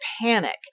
panic